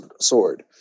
sword